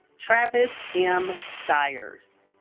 travis m. stires